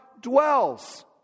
dwells